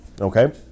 okay